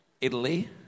Italy